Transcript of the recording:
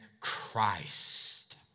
Christ